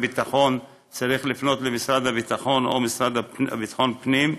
ביטחון צריך לפנות למשרד הביטחון או למשרד לביטחון הפנים,